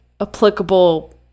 applicable